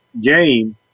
game